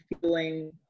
feeling